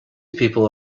people